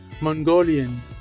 Mongolian